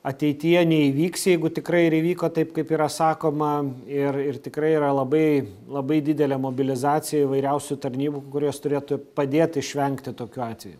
ateityje neįvyks jeigu tikrai ir įvyko taip kaip yra sakoma ir ir tikrai yra labai labai didelė mobilizacija įvairiausių tarnybų kurios turėtų padėti išvengti tokių atvejų